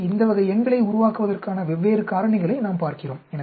எனவே இந்த வகை எண்களை உருவாக்குவதற்கான வெவ்வேறு காரணிகளை நாம் பார்க்கிறோம்